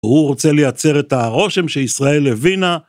הוא רוצה לייצר את הרושם שישראל הבינה